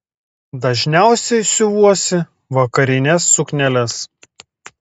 dažniausiai siuvuosi vakarines sukneles